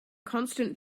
constant